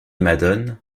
madone